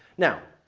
now,